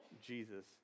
Jesus